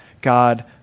God